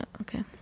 Okay